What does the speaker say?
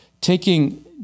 taking